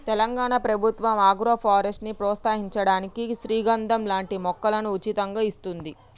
తెలంగాణ ప్రభుత్వం ఆగ్రోఫారెస్ట్ ని ప్రోత్సహించడానికి శ్రీగంధం లాంటి మొక్కలను ఉచితంగా ఇస్తోంది